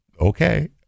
okay